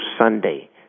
Sunday